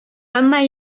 әмма